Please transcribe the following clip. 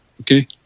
Okay